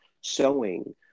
sewing